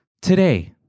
Today